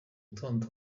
gitondo